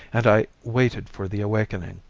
and i waited for the awakening.